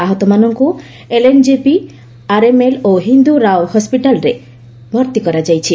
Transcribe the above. ଆହତମାନଙ୍କୁ LNJP RML ଓ ହିନ୍ଦୁ ରାଓ ହସ୍କିଟାଲ୍ରେ ଭର୍ତ୍ତି କରାଯାଇଛି